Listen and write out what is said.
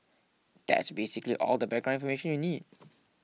that's basically all the background information you need